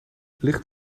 ligt